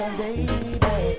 baby